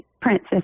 princess